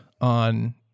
on